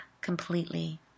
completely